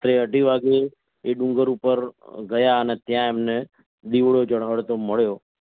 રાત્રે અઢી વાગ્યે એ ડુંગર ઉપર ગયા અને ત્યાં એમને દીવડો ઝળહળતો મળ્યો